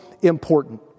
important